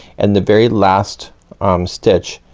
and the very last um stitch,